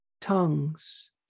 tongues